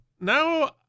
now